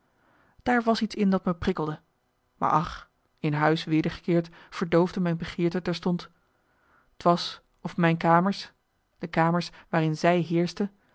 daar was iets in dat me prikkelde maar ach in huis wedergekeerd verdoofde mijn begeerte terstond t was of mijn kamers de kamers waarin zij